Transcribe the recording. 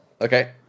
Okay